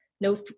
no